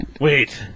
Wait